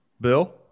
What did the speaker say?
Bill